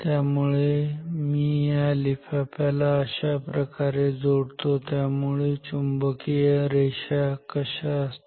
आता मी या लिफाफ्याला अशाप्रकारे जोडतो त्यामुळे चुंबकीय रेषा कशा असतील